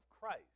Christ